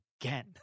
again